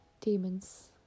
demons